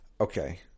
okay